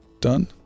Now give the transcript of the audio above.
Done